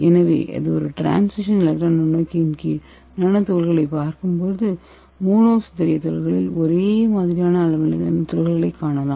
எனவே ஒரு transmission electron நுண்ணோக்கின் கீழ் நானோ துகள்களைப் பார்க்கும்போது மோனோ சிதறிய துகள்களில் ஒரே மாதிரியான அளவிலான துகள்களைக் காணலாம்